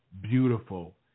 beautiful